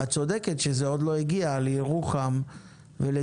את צודקת שזה עוד לא הגיע לירוחם ולדימונה,